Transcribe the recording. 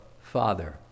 Father